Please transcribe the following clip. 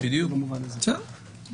בסדר.